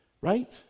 right